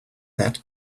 that